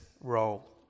role